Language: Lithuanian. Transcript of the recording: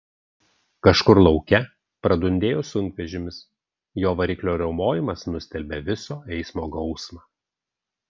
kažkur lauke pradundėjo sunkvežimis jo variklio riaumojimas nustelbė viso eismo gausmą